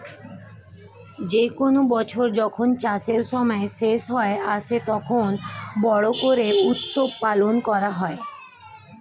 যে কোনো বছর যখন চাষের সময় শেষ হয়ে আসে, তখন বড়ো করে উৎসব পালন করা হয়